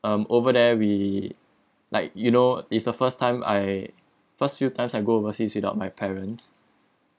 um over there we like you know it's the first time I first few times I go overseas without my parents